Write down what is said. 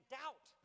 doubt